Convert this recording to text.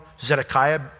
Zedekiah